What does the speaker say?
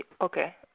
Okay